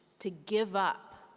to give up,